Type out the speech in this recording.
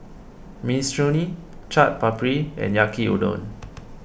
Minestrone Chaat Papri and Yaki Udon